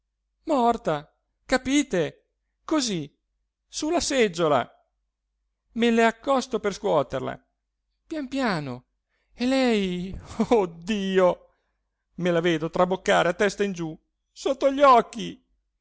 morta capite così su la seggiola me le accosto per scuoterla pian piano e lei oh dio me la vedo traboccare a testa giù sotto gli occhi